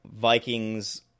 Vikings